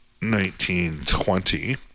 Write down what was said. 1920